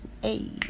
Hey